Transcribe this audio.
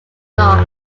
thought